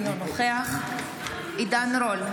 אינו נוכח עידן רול,